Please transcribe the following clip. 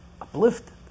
uplifted